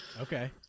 okay